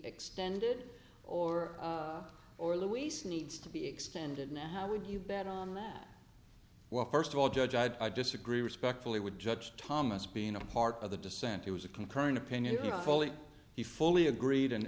extended or or luis needs to be extended now how would you bet on that well first of all judge i disagree respectfully would judge thomas being a part of the dissent he was a concurring opinion fully he fully agreed